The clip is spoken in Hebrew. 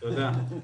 אז כן,